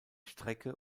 strecke